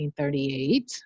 1938